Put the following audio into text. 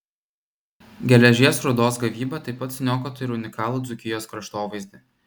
geležies rūdos gavyba taip pat suniokotų ir unikalų dzūkijos kraštovaizdį